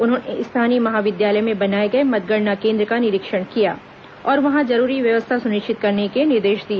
उन्होंने स्थानीय महाविद्यालय में बनाए गए मतगणना केन्द्र का निरीक्षण किया और वहां जरूरी व्यवस्था सुनिश्चित करने के निर्देश दिए